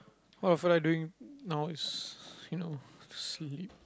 what the fuck am I doing now is you know sleep